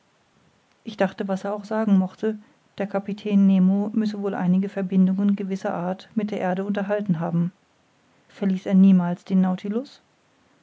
ich dachte was er auch sagen mochte der kapitän nemo müsse wohl einige verbindungen gewisser art mit der erde unterhalten haben verließ er niemals den